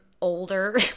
older